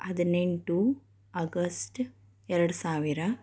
ಹದಿನೆಂಟು ಅಗಸ್ಟ ಎರಡು ಸಾವಿರ